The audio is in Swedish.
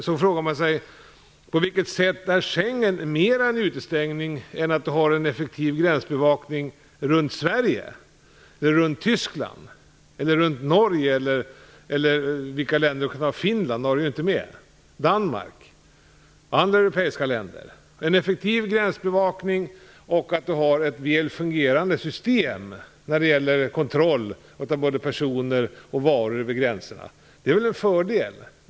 Då frågar man sig på vilket sätt Schengenavtalet mera innebär en utestängning än en effektiv gränsbevakning runt Sverige, runt Tyskland, Finland eller Danmark och andra europeiska länder. Man får en effektiv gränsbevakning och ett väl fungerande system när det gäller kontroll av både personer och varor vid gränserna. Det är väl en fördel.